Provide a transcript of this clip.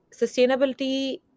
sustainability